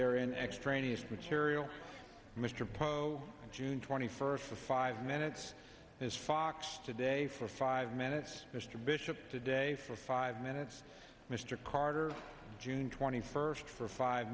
their in extraneous material mr poe june twenty first for five minutes is fox today for five minutes mr bishop today for five minutes mr carter june twenty first for five